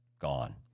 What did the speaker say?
gone